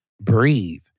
breathe